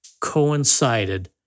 coincided